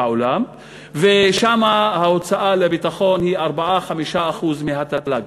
שם ההוצאה לביטחון היא 4% 5% מהתל"ג.